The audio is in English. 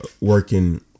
working